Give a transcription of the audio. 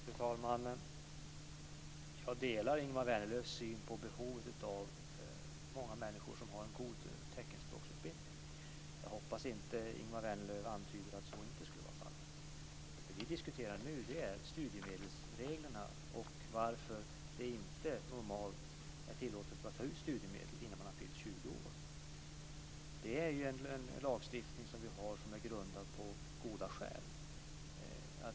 Fru talman! Jag delar Ingemars Vänerlövs syn på behovet av många människor som har en god teckenspråksutbildning. Jag hoppas att Ingemar Vänerlöv inte antyder att så inte skulle vara fallet. Vad vi diskuterar nu är studiemedelsreglerna och varför det normalt inte är tillåtet att ta ut studiemedel innan man har fyllt 20 år. Det är en lagstiftning som har goda grunder.